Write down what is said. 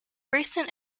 recent